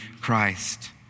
Christ